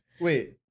Wait